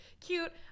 cute